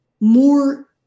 more